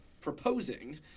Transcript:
proposing